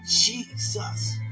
Jesus